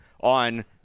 on